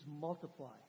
multiply